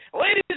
Ladies